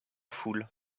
foule